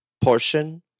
portion